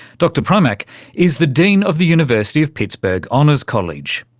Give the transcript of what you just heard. dr primack is the dean of the university of pittsburgh honors college.